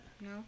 No